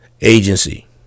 agency